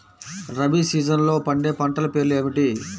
రబీ సీజన్లో పండే పంటల పేర్లు ఏమిటి?